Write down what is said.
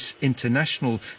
International